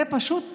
זה פשוט הזוי.